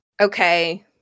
okay